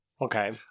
Okay